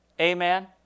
Amen